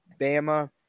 Bama